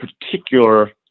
particular